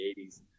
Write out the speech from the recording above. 80s